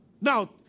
Now